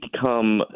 become